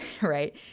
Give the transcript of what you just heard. right